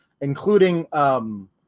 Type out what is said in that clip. including –